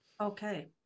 Okay